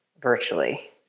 virtually